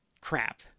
crap